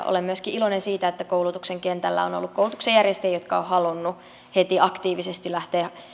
olen myöskin iloinen siitä että koulutuksen kentällä on ollut koulutuksen järjestäjiä jotka ovat halunneet heti aktiivisesti lähteä